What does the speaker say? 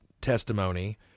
testimony